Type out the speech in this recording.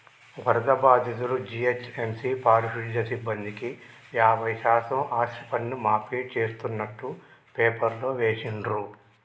వరద బాధితులు, జీహెచ్ఎంసీ పారిశుధ్య సిబ్బందికి యాభై శాతం ఆస్తిపన్ను మాఫీ చేస్తున్నట్టు పేపర్లో వేసిండ్రు